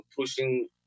pushing